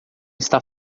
está